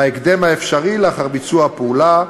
בהקדם האפשרי לאחר ביצוע הפעולה,